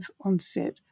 onset